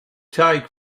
take